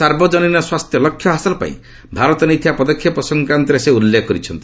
ସାର୍ବଜନୀନ ସ୍ୱାସ୍ଥ୍ୟ ଲକ୍ଷ୍ୟ ହାସଲ ପାଇଁ ଭାରତ ନେଇଥିବା ପଦକ୍ଷେପ ସଂକ୍ରାନ୍ତରେ ସେ ଉଲ୍ଲେଖ କରିଛନ୍ତି